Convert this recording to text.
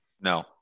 No